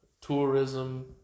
tourism